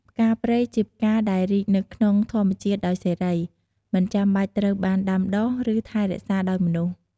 ផ្កាព្រៃ ជាផ្កាដែលរីកនៅក្នុងធម្មជាតិដោយសេរី មិនចាំបាច់ត្រូវបានដាំដុះ ឬថែរក្សាដោយមនុស្ស។